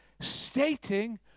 stating